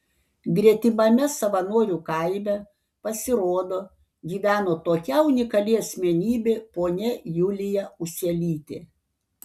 gretimame savanorių kaime pasirodo gyveno tokia unikali asmenybė ponia julija uselytė